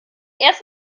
erst